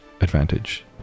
advantage